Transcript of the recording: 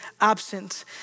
absent